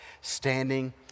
standing